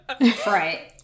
Right